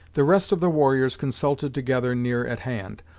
the rest of the warriors consulted together, near at hand,